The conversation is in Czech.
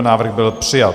Návrh byl přijat.